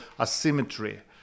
asymmetry